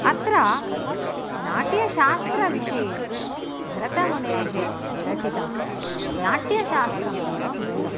अत्र नाट्यशास्त्रविषये भरतमुनेः विरचितं नाट्यशास्त्रम् एव मूलम्